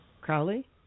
Crowley